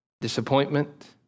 disappointment